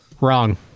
Wrong